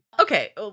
Okay